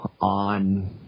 on